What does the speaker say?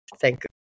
Thank